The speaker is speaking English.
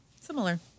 Similar